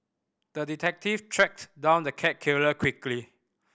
the detective tracked down the cat killer quickly